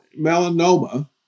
melanoma